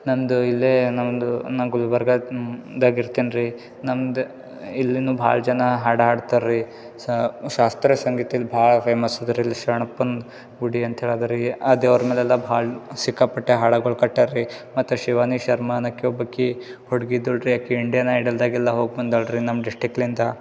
ನಂದು ಇಲ್ಲೇ ನನ್ನದು ನಾ ಗುಲ್ಬರ್ಗದಾಗ ಇರ್ತೇನೆ ರೀ ನಂದು ಇಲ್ಲಿನ ಭಾಳ ಜನ ಹಾಡು ಹಾಡ್ತಾರೆ ರೀ ಸಾ ಶಾಸ್ತ್ರೀಯ ಸಂಗೀತಕ್ಕೆ ಭಾಳ ಫೇಮಸ್ ಅದರಲ್ಲಿ ಶರಣಪ್ಪನ ಗುಡಿ ಅಂತೇಳಿ ಅದಾ ರೀ ಆ ದೇವ್ರ ಮ್ಯಾಲೆ ಎಲ್ಲ ಭಾಳ ಸಿಕ್ಕಾಪಟ್ಟೆ ಹಾಡಗಳ್ ಕಟ್ಟಾರೆ ರೀ ಮತ್ತು ಶಿವಾನಿ ಶರ್ಮ ಹುಡುಗಿ ಇದ್ದಾಳೆ ರೀ ಆಕಿ ಇಂಡಿಯಾ ಹೋಗಿ ಬಂದಾಳೆ ರೀ ನಮ್ಮ ಡಿಸ್ಟಿಕ್ಲಿಂದ